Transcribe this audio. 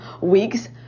weeks